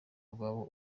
rwawe